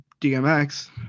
DMX